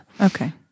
Okay